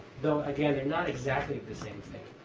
though again, they're not exactly the same thing.